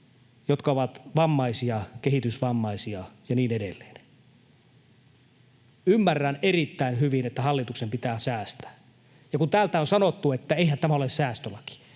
jotka ovat vammaisia, kehitysvammaisia ja niin edelleen. Ymmärrän erittäin hyvin, että hallituksen pitää säästää. Ja kun täältä on sanottu, että eihän tämä ole säästölaki: